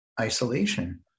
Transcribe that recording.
isolation